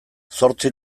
zortzi